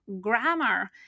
grammar